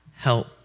Help